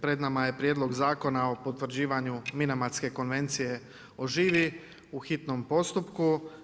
Pred nama je Prijedlog zakona o potvrđivanju Minamatske konvencije o živi u hitnom postupku.